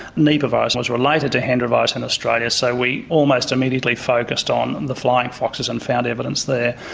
nepa virus was related to hendra virus in australia so we almost immediately focussed on the flying foxes and found evidence there.